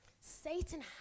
Satan